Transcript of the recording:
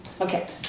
Okay